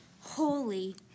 Holy